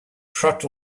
trot